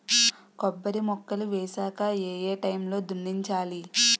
కొబ్బరి మొక్కలు వేసాక ఏ ఏ టైమ్ లో దున్నించాలి?